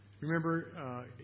Remember